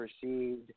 perceived